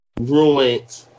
ruined